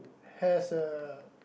has a